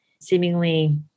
seemingly